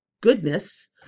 goodness